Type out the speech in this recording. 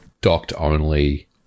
docked-only